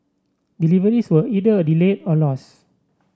deliveries were either delayed or lost